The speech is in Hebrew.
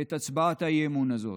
את הצעת האי-אמון הזאת.